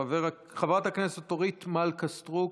חברת הכנסת אורית מלכה סטרוק,